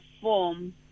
form